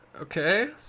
Okay